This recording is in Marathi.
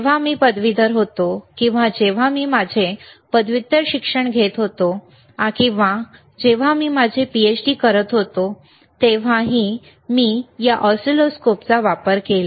जेव्हा मी पदवीधर होतो किंवा जेव्हा मी माझे पदव्युत्तर शिक्षण घेत होतो किंवा जेव्हा मी माझे पीएचडी करत होतो तेव्हाही मी या ऑसिलोस्कोपचा वापर केला